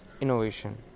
innovation